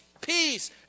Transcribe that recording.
peace